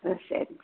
ஆ சரிங்க